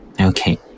Okay